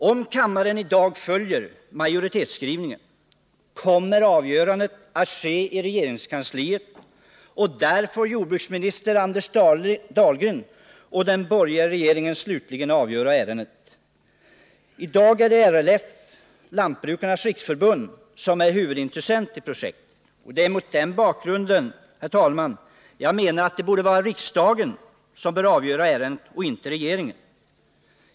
Om kammaren i dag följer majoritetsskrivningen, kommer jordbruksminister Anders Dahlgren och den borgerliga regeringen att slutligen avgöra ärendet. I dag är LRF, Lantbrukarnas riksförbund, huvudintressent i projektet. Det är mot den bakgrunden jag menar att det borde vara riksdagen som avgör ärendet och inte regeringen.